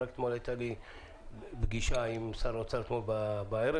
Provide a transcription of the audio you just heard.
הייתה לי פגישה עם שר האוצר אתמול בערב